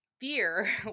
fear